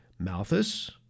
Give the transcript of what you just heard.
Malthus